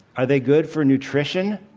are they good for nutrition?